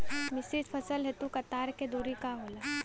मिश्रित फसल हेतु कतार के दूरी का होला?